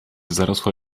zarosła